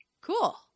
Cool